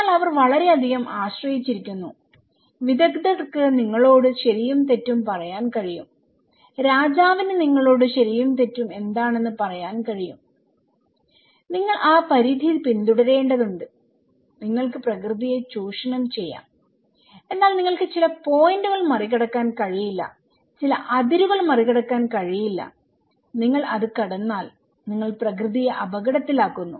അതിനാൽ അവർ വളരെയധികം ആശ്രയിച്ചിരിക്കുന്നു വിദഗ്ദ്ധർക്ക് നിങ്ങളോട് ശരിയും തെറ്റും പറയാൻ കഴിയും രാജാവിന് നിങ്ങളോട് ശരിയും തെറ്റും എന്താണെന്ന് പറയാൻ കഴിയും നിങ്ങൾ ആ പരിധി പിന്തുടരേണ്ടതുണ്ട് നിങ്ങൾക്ക് പ്രകൃതിയെ ചൂഷണം ചെയ്യാം എന്നാൽ നിങ്ങൾക്ക് ചില പോയിന്റുകൾ മറികടക്കാൻ കഴിയില്ല ചില അതിരുകൾ മറികടക്കാൻ കഴിയില്ല നിങ്ങൾ അത് കടന്നാൽ നിങ്ങൾ പ്രകൃതിയെ അപകടത്തിലാക്കുന്നു